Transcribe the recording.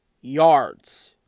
yards